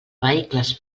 vehicles